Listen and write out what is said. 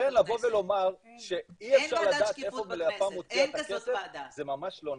לכן לומר שאי אפשר לדעת איפה לפ"מ מוציאה את הכסף זה ממש לא נכון.